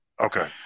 Okay